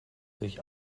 sich